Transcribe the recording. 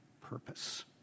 purpose